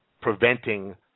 preventing